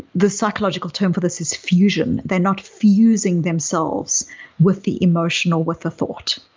the psychological term for this is fusion. they're not fusing themselves with the emotional, with the thought.